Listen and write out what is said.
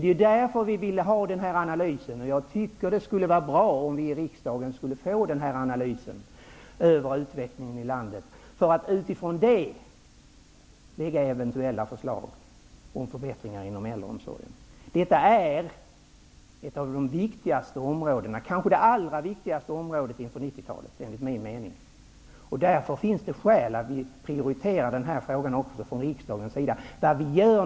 Det är därför vi vill ha denna analys. Det vore bra om vi i riksdagen skulle kunna få ta del av denna analys över utvecklingen i landet. Med utgångspunkt i den skulle vi sedan kunna lägga fram eventuella förslag om förbättringar inom äldreomsorgen. Enligt min mening är äldreomsorgen ett av de viktigaste områdena inför 90-talet. Därför finns det skäl att även från riksdagens sida prioritera denna fråga.